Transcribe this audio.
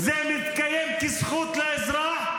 זה מתקיים כזכות לאזרח,